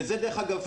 ודרך אגב,